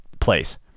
place